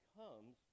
comes